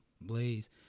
Blaze